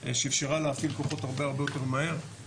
שאיפשרה להפעיל כוחות הרבה יותר מהר,